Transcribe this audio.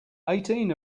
eighteen